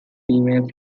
female